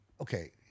Okay